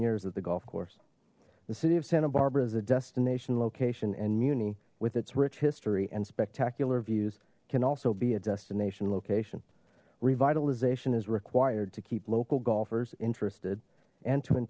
years at the golf course the city of santa barbara is a destination location and muni with its rich history and spectacular views can also be a destination location revitalization is required to keep local golfers interested and t